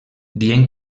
dient